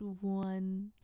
one